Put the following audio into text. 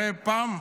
הרי פעם,